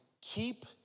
Keep